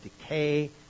decay